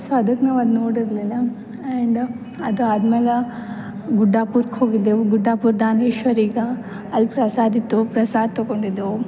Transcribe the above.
so ಅದಕ್ಕೆ ನಾವು ಅದು ನೋಡಿರಲಿಲ್ಲ ಆ್ಯಂಡ್ ಅದಾದ್ಮೇಲೆ ಗುಡ್ಡಾಪುರ್ಕೆ ಹೋಗಿದ್ದೆವು ಗುಡ್ಡಾಪುರ್ ದಾನ್ವೇಶ್ವರಿಗೆ ಅಲ್ಲಿ ಪ್ರಸಾದಿತ್ತು ಪ್ರಸಾದ ತೊಕೊಂಡಿದ್ದೆವು